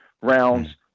rounds